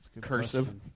Cursive